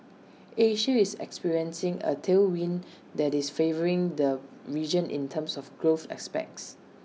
Asia is experiencing A tailwind that is favouring the region in terms of growth aspects